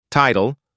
Title